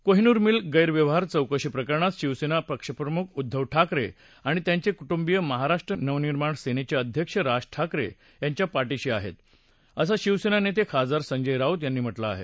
Kohinoor mill गैरव्यवहार चौकशी प्रकरणात शिवसेना पक्षप्रमुख उद्दव ठाकरे आणि त्यांचे कुटुंबीय महाराष्ट्र नवनिर्माण सेनेचे अध्यक्ष राज ठाकरे यांच्या पाठीशी आहेत असं शिवसेना नेते खासदार संजय राऊत यांनी म्हटलं आहे